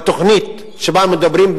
בתוכנית שבה מדובר,